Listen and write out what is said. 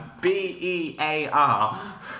B-E-A-R